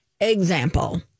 example